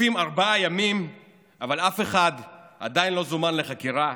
חולפים ארבעה ימים אבל אף אחד עדיין לא זומן לחקירה,